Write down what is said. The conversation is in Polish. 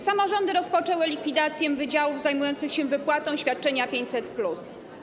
Samorządy rozpoczęły likwidację wydziałów zajmujących się wypłatą świadczenia 500+.